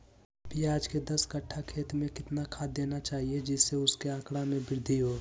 प्याज के दस कठ्ठा खेत में कितना खाद देना चाहिए जिससे उसके आंकड़ा में वृद्धि हो?